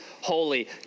holy